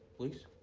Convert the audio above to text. please?